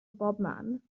bobman